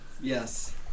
Yes